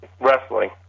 Wrestling